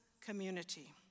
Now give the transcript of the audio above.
community